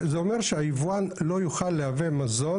זה אומר שהיבואן לא יוכל לייבא מזון.